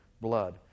blood